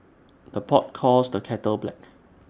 the pot calls the kettle black